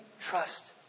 trust